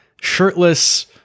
shirtless